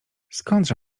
skądże